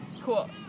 cool